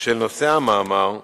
של נושא המאמר,